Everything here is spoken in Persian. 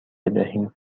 بدهیم